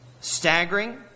staggering